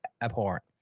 abhorrent